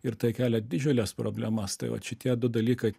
ir tai kelia didžiules problemas tai vat šitie du dalykai